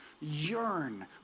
yearn